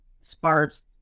sparse